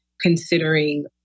considering